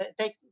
take